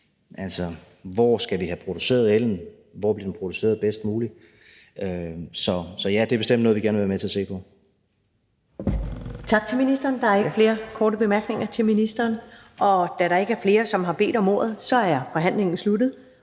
lave: Hvor skal vi have produceret ellen? Hvor bliver den produceret bedst muligt? Så ja, det er bestemt noget, vi gerne vil være med til at se på. Kl. 12:00 Første næstformand (Karen Ellemann): Tak til ministeren. Der er ikke flere korte bemærkninger til ministeren. Da der ikke er flere, som har bedt om ordet, er forhandlingen sluttet.